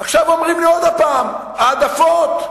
עכשיו אומרים לי עוד פעם: העדפות.